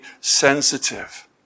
sensitive